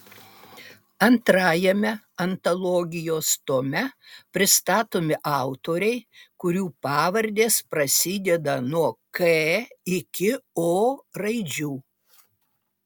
antrajame antologijos tome pristatomi autoriai kurių pavardės prasideda nuo k iki o raidžių